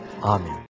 Amen